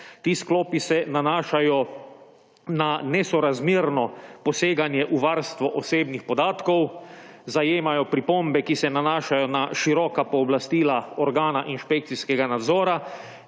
Ti sklopi se nanašajo na nesorazmerno poseganje v varstvo osebnih podatkov, zajemajo pripombe, ki se nanašajo na široka pooblastila organa inšpekcijskega nadzora,